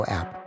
app